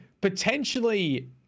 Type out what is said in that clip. potentially